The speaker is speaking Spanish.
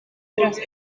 tras